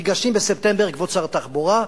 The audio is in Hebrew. ניגשים בספטמבר, כבוד שר התחבורה,